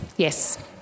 Yes